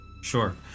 sure